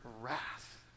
wrath